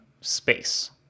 space